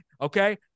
Okay